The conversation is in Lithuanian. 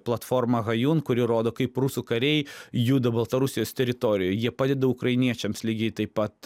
platforma hajun kuri rodo kaip rusų kariai juda baltarusijos teritorijoj jie padeda ukrainiečiams lygiai taip pat